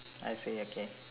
I say okay